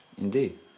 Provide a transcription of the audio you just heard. Indeed